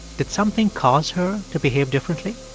did something cause her to behave differently?